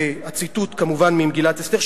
והציטוט כמובן ממגילת אסתר,